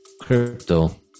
crypto